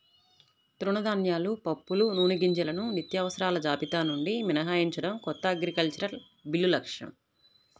తృణధాన్యాలు, పప్పులు, నూనెగింజలను నిత్యావసరాల జాబితా నుండి మినహాయించడం కొత్త అగ్రికల్చరల్ బిల్లు లక్ష్యం